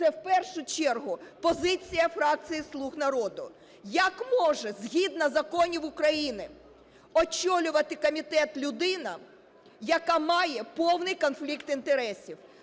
це в першу чергу позиція фракції "Слуг народу". Як може згідно законів України очолювати комітет людина, яка має повний конфлікт інтересів?